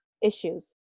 issues